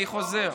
אני חוזר.